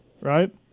right